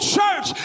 Church